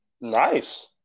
nice